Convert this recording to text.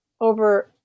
over